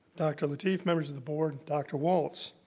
dr. lateef, members of the board, dr. walts.